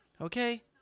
Okay